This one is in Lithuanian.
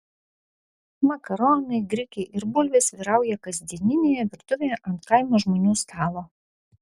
makaronai grikiai ir bulvės vyrauja kasdieninėje virtuvėje ant kaimo žmonių stalo